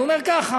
הוא אומר ככה: